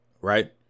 Right